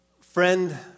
Friend